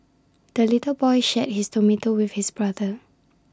the little boy shared his tomato with his brother